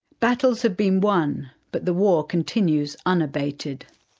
battles have been won, but the war continues unabated.